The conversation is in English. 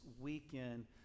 weekend